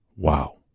Wow